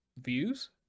views